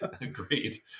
Agreed